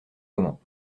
moment